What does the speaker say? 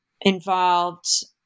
involved